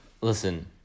listen